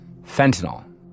Fentanyl